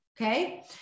okay